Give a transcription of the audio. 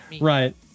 Right